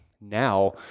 now